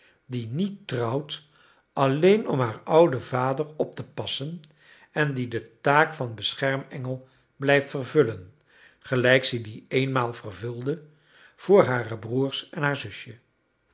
die niet trouwt alleen om haar ouden vader op te passen en die de taak van beschermengel blijft vervullen gelijk zij die eenmaal vervulde voor hare broers en haar zusje